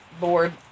board